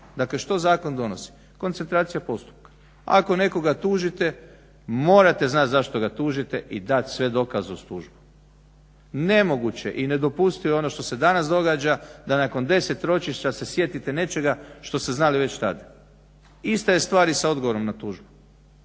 Dakle, što zakon donosi? Koncentracija postupka. Ako nekoga tužite morate znat zašto ga tužite i dat sve dokaze uz tužbu. Nemoguće i nedopustivo je ono što se danas događa da nakon 10 ročišta se sjetite nečega što ste znali već tad. Ista je stvar i sa odgovorom na tužbu.